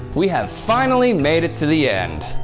we have finally made it to the end.